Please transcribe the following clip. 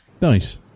Nice